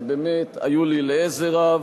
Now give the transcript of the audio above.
שבאמת היו לי לעזר רב,